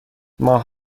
ماه